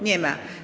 Nie ma.